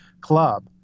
club